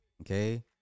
Okay